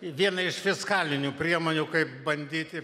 viena iš fiskalinių priemonių kaip bandyti